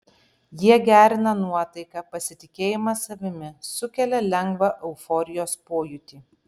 jie gerina nuotaiką pasitikėjimą savimi sukelia lengvą euforijos pojūtį